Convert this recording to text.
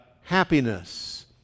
happiness